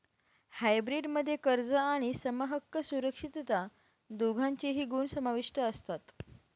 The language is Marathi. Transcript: हायब्रीड मध्ये कर्ज आणि समहक्क सुरक्षितता दोघांचेही गुण समाविष्ट असतात